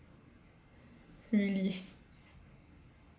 really